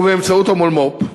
ובאמצעות המולמו"פ הקמנו,